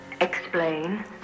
Explain